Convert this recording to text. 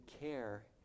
care